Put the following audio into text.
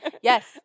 Yes